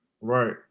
Right